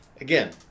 again